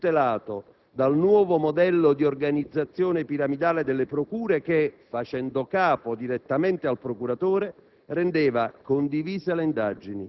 che avrei votato un emendamento dell'opposizione (mi pare di ricordare fosse un emendamento del collega Caruso), che rendeva invece effettiva quella riforma.